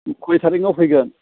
खय थारिखआव फैगोन